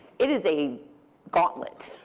it is a gauntlet